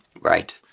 Right